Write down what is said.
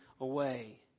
away